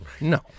No